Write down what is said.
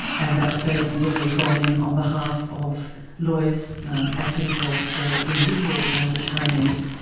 and that's been when we've gone in on behalf of lawyers acting for for individual detainees,